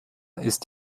ist